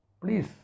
please